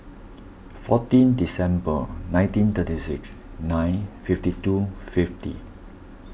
fourteen December nineteen thirty six nine fifty two fifty